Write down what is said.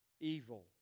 evil